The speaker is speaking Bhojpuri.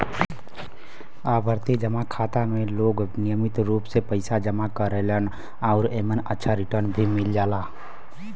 आवर्ती जमा खाता में लोग नियमित रूप से पइसा जमा करेलन आउर एमन अच्छा रिटर्न भी मिल जाला